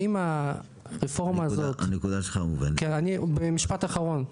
האם הרפורמה הזאת, במשפט אחרות,